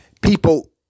people